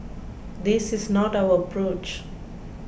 this is not our approach